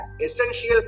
essential